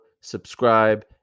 subscribe